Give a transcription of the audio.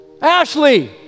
Ashley